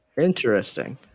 Interesting